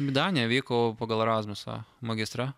į daniją vykau pagal erasmusą magistrą